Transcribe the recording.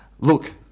Look